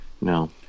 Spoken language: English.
No